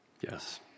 Yes